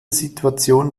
situation